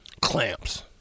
clamps